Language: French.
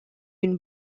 une